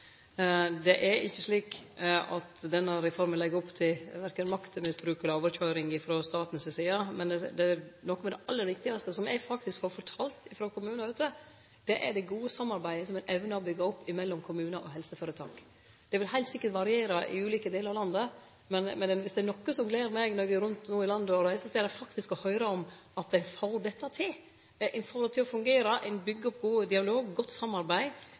Denne reforma legg ikkje opp til verken maktmisbruk eller overkøyring frå staten si side. Noko av det aller viktigaste som eg vert fortalt av kommunar der ute, er det gode samarbeidet som ein evnar å byggje opp mellom kommunar og helseføretak. Det vil heilt sikkert variere i ulike delar av landet, men er det noko som gler meg når eg no reiser rundt i landet, er det faktisk å høyre at ein får dette til. Ein får det til å fungere, ein byggjer opp god dialog og godt samarbeid,